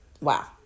Wow